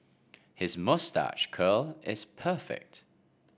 his moustache curl is perfect